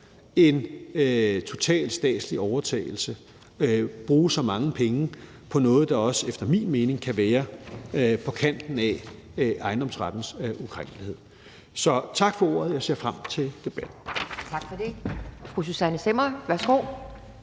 en total statslig overtagelse og at bruge så mange penge på noget, der også efter min mening kan være på kanten af ejendomsrettens ukrænkelighed. Så tak for ordet. Jeg ser frem til debatten.